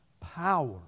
power